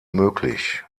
möglich